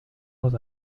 dans